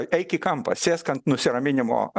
eik į kampą sėsk ant nusiraminimo